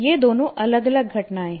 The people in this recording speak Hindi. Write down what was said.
ये दोनों अलग अलग घटनाएं हैं